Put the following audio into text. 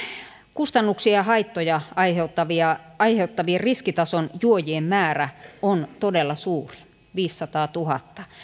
kustannuksia ja haittoja aiheuttavien riskitason juojien määrä on todella suuri viisisataatuhatta